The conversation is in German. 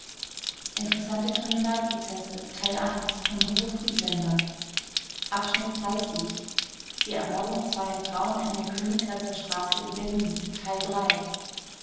zu bruchsal die ermordung zweier frauen in der königgrätzer straße in berlin